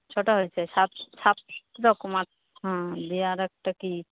ছটা হয়েছে সাত সাতরকম আর হুম দিয়ে আর একটা কি